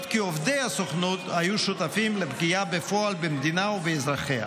כי עובדי הסוכנות היו שותפים לפגיעה בפועל במדינה ובאזרחיה.